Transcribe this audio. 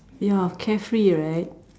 ya carefree right